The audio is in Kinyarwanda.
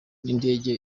n’indege